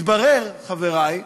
מתברר, חברי,